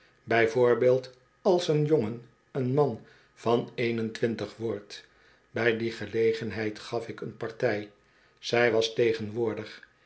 voorboeld als een jongen een man van een on twintig wordt bij die gelegenheid gaf ik een partij zij was